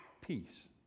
Peace